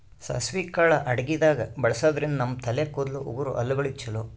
ಸಾಸ್ವಿ ಕಾಳ್ ಅಡಗಿದಾಗ್ ಬಳಸಾದ್ರಿನ್ದ ನಮ್ ತಲೆ ಕೂದಲ, ಉಗುರ್, ಹಲ್ಲಗಳಿಗ್ ಛಲೋ